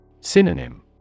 Synonym